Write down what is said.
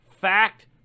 Fact